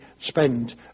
spend